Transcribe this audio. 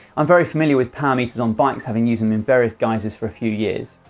i'm very familiar with power meters on bikes having used them in various guises for a few years.